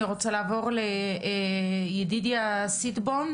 אני רוצה לעבור לידידיה סיתבון,